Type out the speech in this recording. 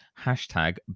hashtag